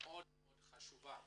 מאוד מאוד חשובה,